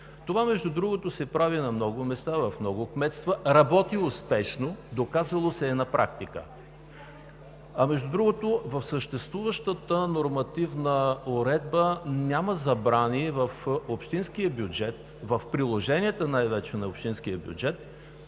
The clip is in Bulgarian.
Това се прави на много места, в много кметства, работи успешно, доказало се е на практика. Между другото, в съществуващата нормативна уредба няма забрани в общинския бюджет, най-вече в приложенията на общинския бюджет,